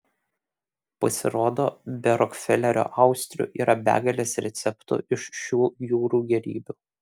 pasirodo be rokfelerio austrių yra begalės receptų iš šių jūrų gėrybių